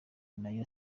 nayo